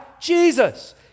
Jesus